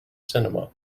cinema